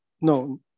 no